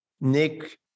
Nick